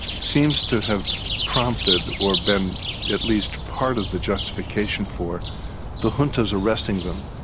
seems to have proctored or been at least part of the justification for the juntas arresting them.